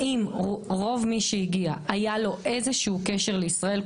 האם רוב מי שהגיע היה לו איזשהו קשר לישראל,